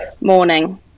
morning